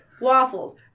waffles